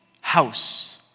house